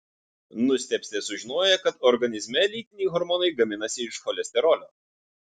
nustebsite sužinoję kad organizme lytiniai hormonai gaminasi iš cholesterolio